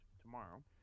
tomorrow